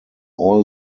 all